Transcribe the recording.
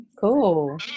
Cool